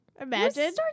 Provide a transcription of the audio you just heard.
Imagine